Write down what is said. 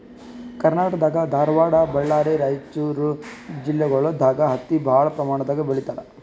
ಕರ್ನಾಟಕ್ ದಾಗ್ ಧಾರವಾಡ್ ಬಳ್ಳಾರಿ ರೈಚೂರ್ ಜಿಲ್ಲೆಗೊಳ್ ದಾಗ್ ಹತ್ತಿ ಭಾಳ್ ಪ್ರಮಾಣ್ ದಾಗ್ ಬೆಳೀತಾರ್